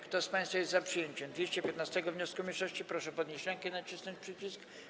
Kto z państwa jest za przyjęciem 215. wniosku mniejszości, proszę podnieść rękę i nacisnąć przycisk.